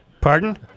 Pardon